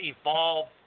Evolve